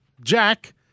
Jack